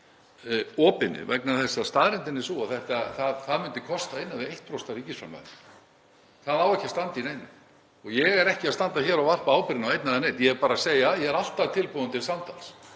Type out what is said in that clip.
Það á ekki að standa í neinum. Ég er ekki að standa hér og varpa ábyrgðinni á einn eða neinn. Ég er bara að segja að ég er alltaf tilbúinn til samtals